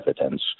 evidence